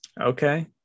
Okay